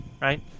right